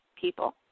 people